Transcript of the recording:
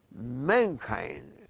mankind